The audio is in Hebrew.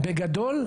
בגדול,